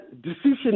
decision